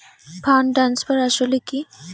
Fund transfer আসলে কী?